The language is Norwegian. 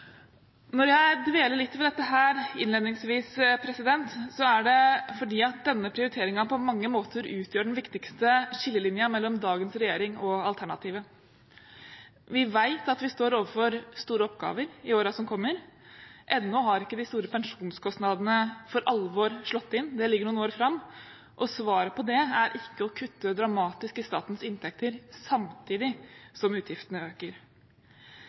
Når jeg dveler litt ved dette innledningsvis, er det fordi denne prioriteringen på mange måter utgjør den viktigste skillelinjen mellom dagens regjering og alternativet. Vi vet at vi står overfor store oppgaver i årene som kommer. Ennå har ikke de store pensjonskostnadene for alvor slått inn, det ligger noen år fram, og svaret på det er ikke å kutte dramatisk i statens inntekter samtidig som utgiftene øker.